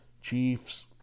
Chiefs